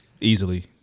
Easily